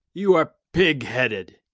you are pig-headed!